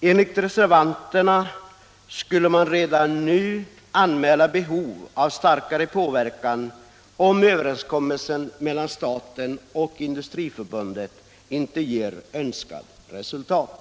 Enligt reservanterna skulle man redan nu anmäla behov av starkare påverkan, om överenskommelsen — Samordnad mellan staten och Industriförbundet inte ger önskat resultat.